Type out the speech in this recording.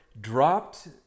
dropped